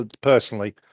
personally